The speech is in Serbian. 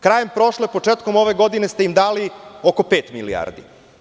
Krajem prošle, početkom ove godine ste im dali oko pet milijardi.